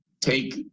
take